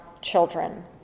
children